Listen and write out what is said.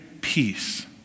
peace